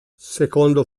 secondo